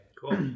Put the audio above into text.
Cool